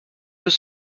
deux